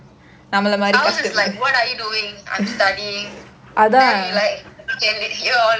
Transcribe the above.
ours is like what are you doing I am studying then we like okay